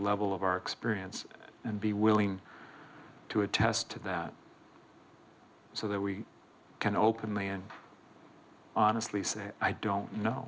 level of our experience and be willing to attest to that so that we can openly and honestly say i don't know